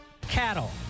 cattle